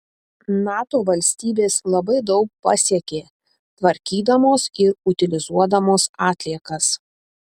nato valstybės labai daug pasiekė tvarkydamos ir utilizuodamos atliekas